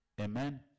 Amen